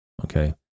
Okay